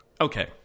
Okay